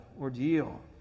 ordeal